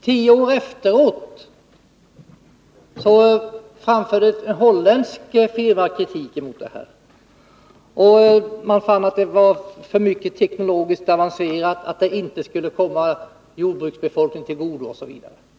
Tio år efteråt framförde en holländsk firma kritik emot det. Man fann att det var alltför teknologiskt avancerat, att det inte skulle komma jordbruksbefolkningen till godo, osv.